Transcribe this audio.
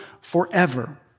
forever